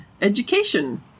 Education